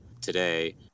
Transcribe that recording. today